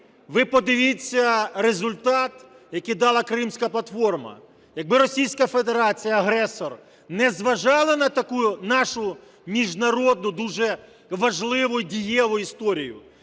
Ви подивіться результат, який дала Кримська платформа. Якби Російська Федерація агресор не зважала на таку нашу міжнародну дуже важливу і дієву історію,